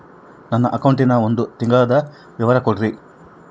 ನನ್ನ ಅಕೌಂಟಿನ ಒಂದು ತಿಂಗಳದ ವಿವರ ಕೊಡ್ರಿ?